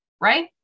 right